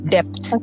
Depth